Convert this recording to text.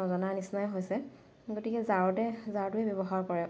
নজনা নিচিনাই হৈছে গতিকে জাৰতে জাৰটোৱেই ব্যৱহাৰ কৰে